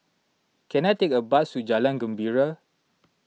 can I take a bus to Jalan Gembira